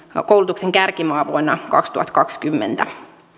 koulutuksen kärkimaa vuonna kaksituhattakaksikymmentä